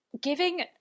giving